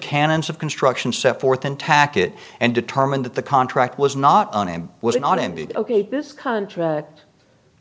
canons of construction set forth in tack it and determined that the contract was not on and was an unimpeded ok this contract